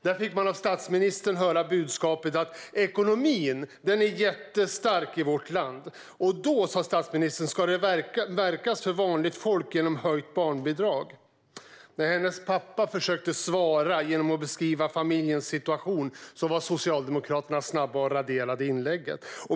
Där fick man av statsministern höra budskapet att ekonomin är jättestark i vårt land och att det då ska märkas för vanligt folk genom höjt barnbidrag. När Eijas pappa försökte svara genom att beskriva familjens situation var Socialdemokraterna snabba med att radera inlägget.